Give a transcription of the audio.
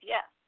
Yes